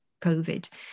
COVID